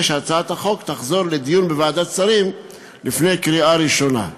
שהצעת החוק תוחזר לדיון בוועדת שרים לפני קריאה ראשונה.